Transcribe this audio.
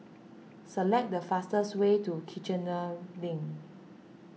select the fastest way to Kiichener Link